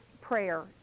Prayer